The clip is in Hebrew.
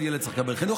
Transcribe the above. כל ילד צריך לקבל חינוך,